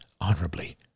honorably